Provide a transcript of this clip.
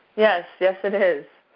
yes, yes it is.